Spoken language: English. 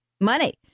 money